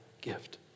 gift